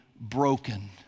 broken